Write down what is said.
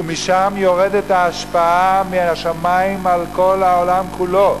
ומשם יורדת ההשפעה מן השמים על כל העולם כולו,